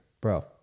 bro